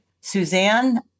Suzanne